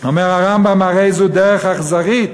אומר הרמב"ם "הרי זו דרך אכזריות",